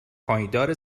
پایدار